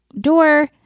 door